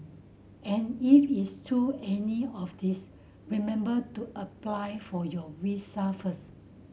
and if it's to any of these remember to apply for your visa first